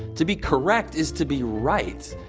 to be correct is to be right,